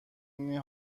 این